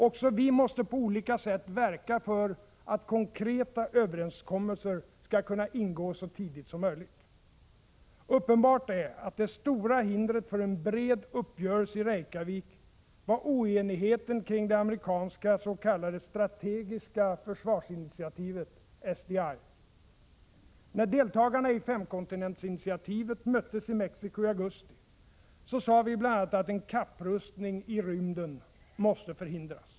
Också vi måste på olika sätt verka för att konkreta överenskommelser skall kunna ingås så tidigt som möjligt. Uppenbart är att det stora hindret för en bred uppgörelse i Reykjavik var oenigheten kring det amerikanska s.k. strategiska försvarsinitiativet, SDI. När deltagarna i femkontinentsinitiativet möttes i Mexico i augusti sade vi bl.a. att en kapprustning i rymden måste förhindras.